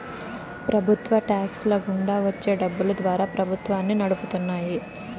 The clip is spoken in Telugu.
ప్రభుత్వ టాక్స్ ల గుండా వచ్చే డబ్బులు ద్వారా ప్రభుత్వాన్ని నడుపుతున్నాయి